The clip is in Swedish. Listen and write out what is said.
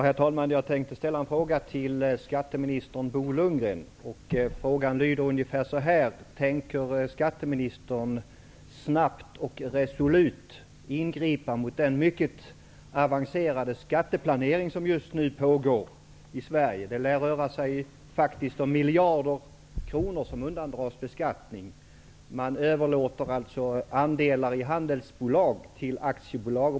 Herr talman! Jag tänkte ställa en fråga till skatteminister Bo Lundgren. Frågan lyder: Tänker skatteministern snabbt och resolut ingripa mot den mycket avancerade skatteplanering som just nu pågår i Sverige? Det lär röra sig om miljarder kronor som undandras beskattning. Man överlåter andelar i handelsbolag till aktiebolag.